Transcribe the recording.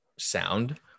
sound